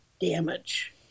damage